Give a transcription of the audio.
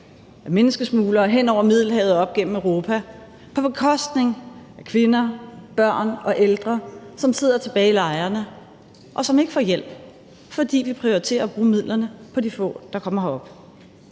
menneskesmuglere hen over Middelhavet og op gennem Europa på bekostning af kvinder, børn og ældre, som sidder tilbage i lejrene, og som ikke får hjælp, fordi vi prioriterer at bruge midlerne på de få, der kommer herop.